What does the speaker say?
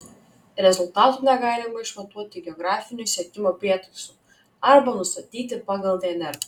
rezultatų negalima išmatuoti geografiniu sekimo prietaisu arba nustatyti pagal dnr